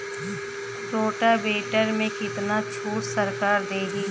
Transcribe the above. Rotavator में कितना छूट सरकार देही?